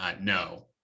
no